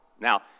Now